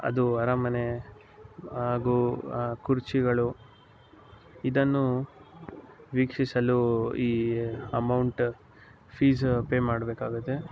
ಅದು ಅರಮನೆ ಹಾಗೂ ಆ ಕುರ್ಚಿಗಳು ಇದನ್ನು ವೀಕ್ಷಿಸಲು ಈ ಅಮೌಂಟ್ ಫೀಸ್ ಪೇ ಮಾಡಬೇಕಾಗುತ್ತೆ